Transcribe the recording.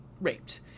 raped